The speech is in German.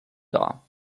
dar